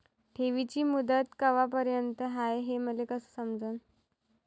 ठेवीची मुदत कवापर्यंत हाय हे मले कस समजन?